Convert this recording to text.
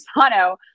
Sano